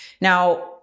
Now